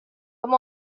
come